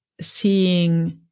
seeing